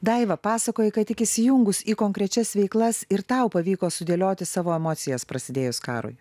daiva pasakoji kad tik įsijungus į konkrečias veiklas ir tau pavyko sudėlioti savo emocijas prasidėjus karui